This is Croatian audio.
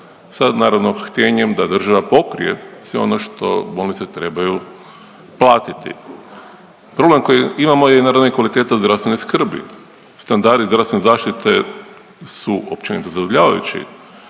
sad naravno htijenjem da država pokrije sve ono što bolnice trebaju platiti. Problem koji imamo je naravno i kvaliteta zdravstvene skrbi. Standardi zdravstvene zaštite su općenito zadovoljavajući,